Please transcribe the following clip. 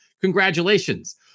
congratulations